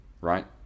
right